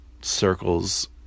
circles